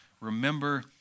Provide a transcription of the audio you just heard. remember